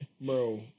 bro